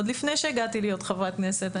עוד לפני שהגעתי להיות חברת כנסת,